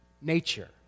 nature